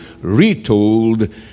retold